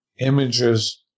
images